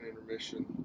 intermission